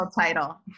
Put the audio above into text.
title